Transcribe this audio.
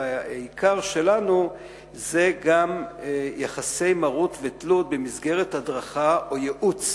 העיקר שלנו זה גם יחסי מרות ותלות במסגרת הדרכה או ייעוץ